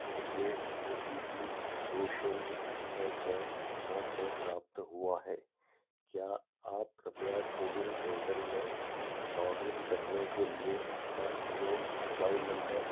मुझे O T P दो शून्य छः छः नौ छः प्राप्त हुआ है क्या आप कृप्या कोविन पोर्टल में लॉगिन करने के लिए उसका लोग मोबाइल नम्बर